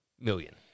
million